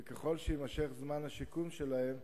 וככל שיימשך זמן השיקום שלהם,